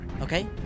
Okay